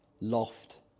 loft